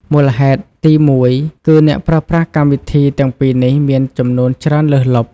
មូលហេតុទីមួយគឺ អ្នកប្រើប្រាស់កម្មវិធីទាំងពីរនេះមានចំនួនច្រើនលើសលប់។